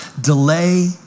delay